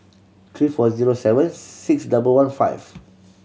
three four zero seven six double one five